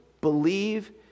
believe